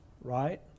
right